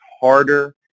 harder